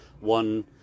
one